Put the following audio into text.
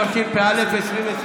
התשפ"א 2021,